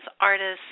artists